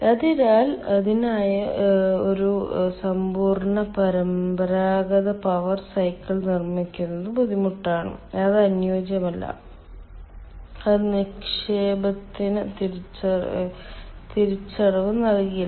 അതിനാൽ അതിനായി ഒരു സമ്പൂർണ്ണ പരമ്പരാഗത പവർ സൈക്കിൾ നിർമ്മിക്കുന്നത് ബുദ്ധിമുട്ടാണ് അത് അനുയോജ്യമല്ല അത് നിക്ഷേപത്തിന് തിരിച്ചടവ് നൽകില്ല